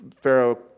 Pharaoh